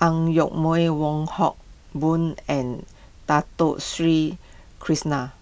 Ang Yoke Mooi Wong Hock Boon and Dato Sri Krishna